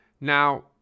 Now